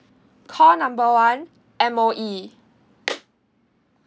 call number one M_O_E